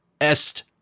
Est